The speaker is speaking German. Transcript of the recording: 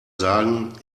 sagen